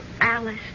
Alice